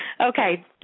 Okay